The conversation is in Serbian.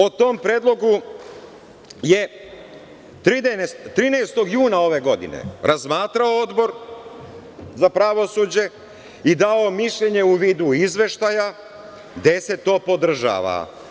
O tom predlogu je 13. juna ove godine razmatrao Odbor za pravosuđe i dao mišljenje u vidu izveštaja, gde se to podržava.